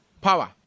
power